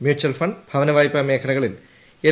mutual fund ഭവനവായ്പാ മേഖലകളിൽ L